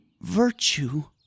virtue